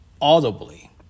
audibly